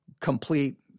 complete